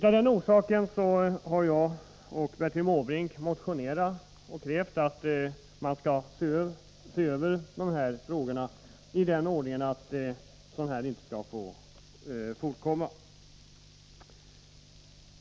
Av det skälet har jag och Bertil Måbrink motionerat och krävt att man skall se över de här frågorna för att sådant inte skall få förekomma.